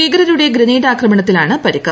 ഭീകരരുടെ ഗ്രനേഡ് ആക്രമണത്തിലാണ് പരിക്ക്